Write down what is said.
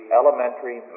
elementary